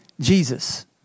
Jesus